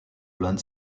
land